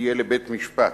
תהיה לבית-משפט.